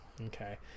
Okay